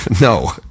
no